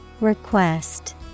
Request